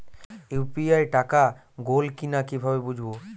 UPI টাকা গোল কিনা কিভাবে বুঝব?